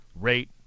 rate